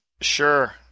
Sure